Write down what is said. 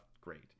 Great